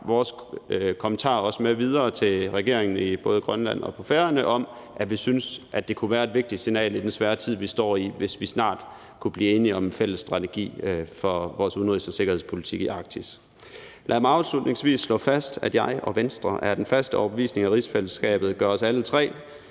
vores kommentarer med videre til regeringerne i både Grønland og på Færøerne om, at vi synes, at det kunne være et vigtigt signal i den svære tid, vi står i, hvis vi snart kunne blive enige om en fælles strategi for vores udenrigs- og sikkerhedspolitik i Arktis. Lad mig afslutningsvis slå fast, at jeg og Venstre er af den faste overbevisning, at rigsfællesskabet gør os alle tre,